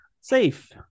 safe